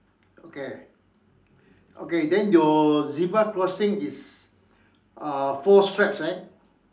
okay okay then your zebra crossing is uh four stripes right